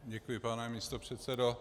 Děkuji, pane místopředsedo.